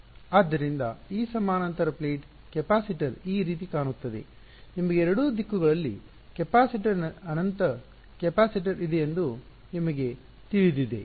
ಆದ್ದರಿಂದ ಈ ಸಮಾನಾಂತರ ಪ್ಲೇಟ್ ಕೆಪಾಸಿಟರ್ ಈ ರೀತಿ ಕಾಣುತ್ತದೆ ನಿಮಗೆ ಎರಡೂ ದಿಕ್ಕುಗಳಲ್ಲಿ ಕೆಪಾಸಿಟರ್ ಅನಂತ ಕೆಪಾಸಿಟರ್ ಇದೆ ಎಂದು ನಿಮಗೆ ತಿಳಿದಿದೆ